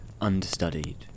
understudied